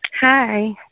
Hi